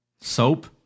Soap